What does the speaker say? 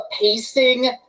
pacing